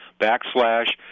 backslash